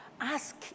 ask